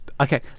Okay